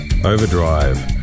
Overdrive